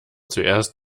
zuerst